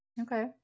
Okay